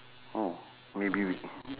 hmm maybe we